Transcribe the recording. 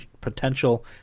potential